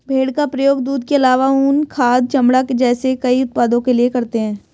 भेड़ का प्रयोग दूध के आलावा ऊन, खाद, चमड़ा जैसे कई उत्पादों के लिए करते है